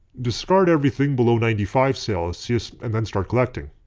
discard everything below ninety five celsius and then start collecting.